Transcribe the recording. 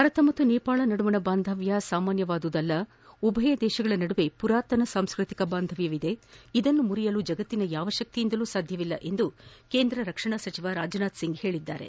ಭಾರತ ಹಾಗೂ ನೇಪಾಳ ನಡುವಣ ಬಾಂಧವ್ಯ ಸಾಮಾನ್ಯವಾದುದಲ್ಲ ಉಭಯ ದೇಶಗಳ ನದುವೆ ಪುರಾತನ ಸಾಂಸ್ಕೃತಿಕ ಬಾಂಧವ್ಯವಿದ್ದು ಇದನ್ನು ಮುರಿಯಲು ಜಗತ್ತಿನ ಯಾವ ಶಕ್ತಿಯಿಂದಲೂ ಸಾಧ್ಯವಿಲ್ಲ ಎಂದು ಕೇಂದ ರಕ್ಷಣಾ ಸಚಿವ ರಾಜನಾಥ್ ಸಿಂಗ್ ಹೇಳಿದ್ದಾರೆ